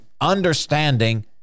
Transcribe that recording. understanding